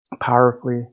powerfully